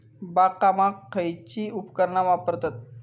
बागकामाक खयची उपकरणा वापरतत?